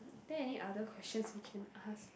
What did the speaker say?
are there any other questions we can ask